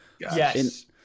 Yes